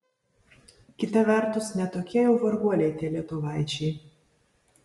kita vertus ne tokie jau varguoliai tie lietuvaičiai